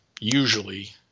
usually